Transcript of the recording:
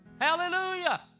Hallelujah